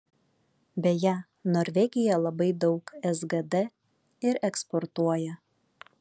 beje norvegija labai daug sgd ir eksportuoja